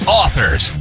authors